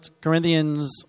Corinthians